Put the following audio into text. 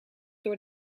door